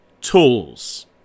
tools